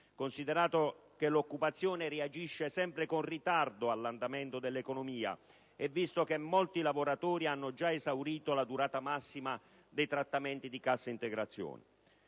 considerato che l'occupazione reagisce sempre con ritardo all'andamento dell'economia e visto che molti lavoratori hanno già esaurito la durata massima dei trattamenti di cassa integrazione.